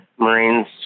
marines